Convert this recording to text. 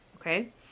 Okay